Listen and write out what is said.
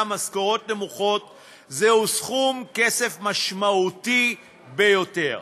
משכורות נמוכות זהו סכום כסף משמעותי ביותר.